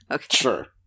Sure